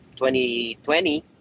2020